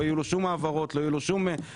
לא יהיו לו שום העברות, לא יהיו לו שום רזרבות.